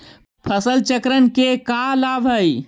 फसल चक्रण के का लाभ हई?